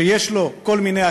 שיש לו כל מיני הקלות,